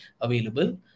available